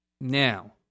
Now